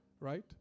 Right